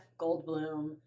Goldblum